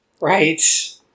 Right